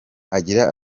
agira